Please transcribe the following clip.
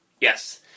Yes